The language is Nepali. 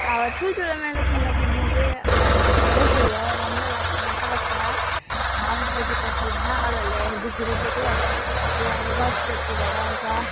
अब ठुल्ठुलो म्याराथनमा कुद्नेमा चाहिँ अब भाग्यको खेल हो राम्रै लाग्छ मजा लाग्छ आफू पुगेपछि होइन अरूहरूले हेर्दाखेरि चाहिँ के आफूलाई नै गर्व टाइपको भएर आउँछ